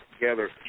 together